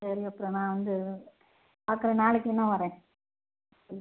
சரிங்க அப்புறம் நான் வந்து பார்க்குறேன் நாளைக்கு வேணால் வரேன் ம்